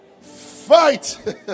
Fight